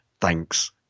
thanks